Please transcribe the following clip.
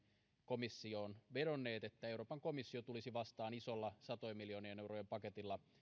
komissioon vedonneet että euroopan komissio tulisi vastaan isolla satojen miljoonien eurojen paketilla